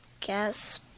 guess